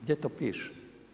Gdje to piše?